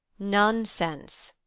nonsense!